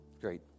Great